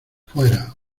fuera